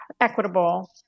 equitable